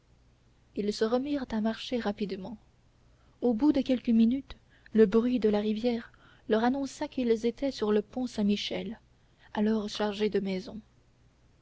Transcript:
ils se remirent à marcher rapidement au bout de quelques minutes le bruit de la rivière leur annonça qu'ils étaient sur le pont saint-michel alors chargé de maisons